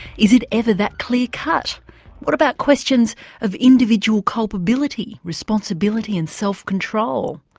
is it ever that clear-cut? what about questions of individual culpability, responsibility and self-control?